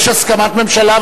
יש הסכמת ממשלה,